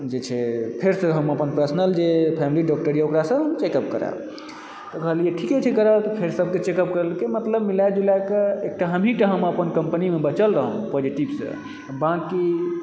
जे छै फिरसँ हम अपन पर्सनल जे फैमिली डॉक्टर यऽ ओकरासँ चेकअप कराबी तऽ कहलियै ठीके छै करा लिअ फेर सभके चेकअप करलकै मतलब मिला जुलाके एकटा हमहीटा हम अपन कम्पनीमे बचल रहु पॉजिटिवसँ बाकी